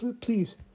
please